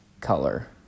color